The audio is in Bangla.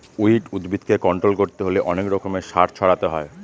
উইড উদ্ভিদকে কন্ট্রোল করতে হলে অনেক রকমের সার ছড়াতে হয়